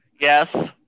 Yes